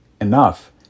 enough